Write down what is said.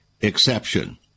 exception